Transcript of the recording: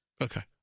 Okay